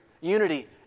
Unity